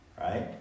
right